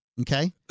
Okay